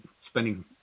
spending